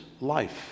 life